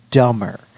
dumber